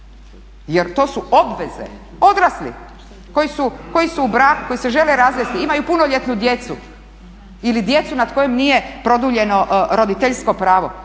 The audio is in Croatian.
jer to su obveze odraslih koji su u braku, koji se žele razvesti, imaju punoljetnu djecu ili djecu nad kojom nije produljeno roditeljsko pravo.